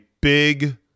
big